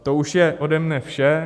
To už je ode mě vše.